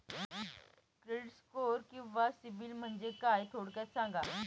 Credit score किंवा CIBIL म्हणजे काय? थोडक्यात सांगा